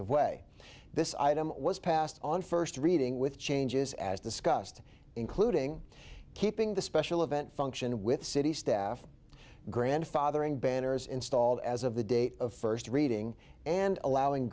of way this item was passed on first reading with changes as discussed including keeping the special event function with city staff grandfathering banners installed as of the date of first reading and allowing